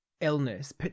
illness